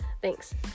Thanks